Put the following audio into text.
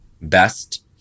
Best